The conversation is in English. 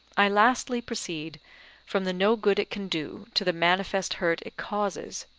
i lastly proceed from the no good it can do, to the manifest hurt it causes,